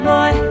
boy